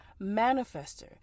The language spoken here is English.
manifester